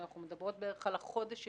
אנחנו מדברות בערך על החודש של